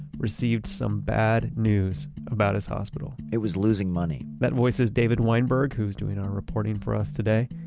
received some bad news about his hospital it was losing money that voice is david weinberg, who is doing our reporting for us today.